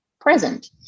present